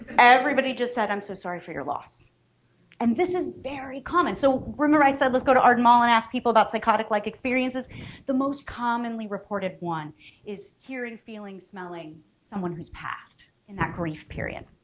everybody just said i'm so sorry for your loss and this is very common so remember i said let's go to our dhamaal and ask people about psychotic like experiences the most commonly reported one is hearing feeling smelling someone who's passed in that grief period